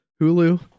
hulu